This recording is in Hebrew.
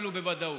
אפילו בוודאות.